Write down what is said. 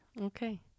Okay